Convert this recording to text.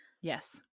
Yes